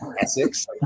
Essex